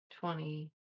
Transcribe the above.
twenty